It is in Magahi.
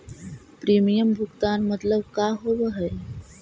प्रीमियम भुगतान मतलब का होव हइ?